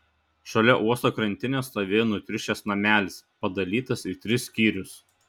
šalia uosto krantinės stovėjo nutriušęs namelis padalytas į tris skyrius